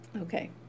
Okay